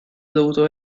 dovuto